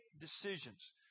decisions